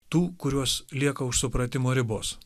tų kurios lieka už supratimo ribos